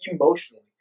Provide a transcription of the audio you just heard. emotionally